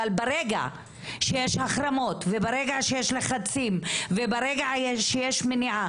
אבל ברגע שיש החרמות וברגע שיש לחצים וברגע שיש מניעה